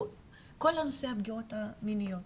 או כל נושא הפגיעות המיניות.